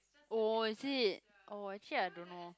oh is it oh actually I don't know